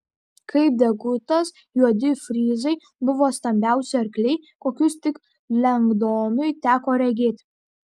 kaip degutas juodi fryzai buvo stambiausi arkliai kokius tik lengdonui teko regėti